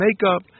makeup